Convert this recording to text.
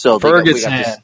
Ferguson